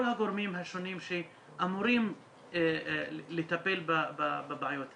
הגורמים השונים שאמורים לטפל בבעיות האלה.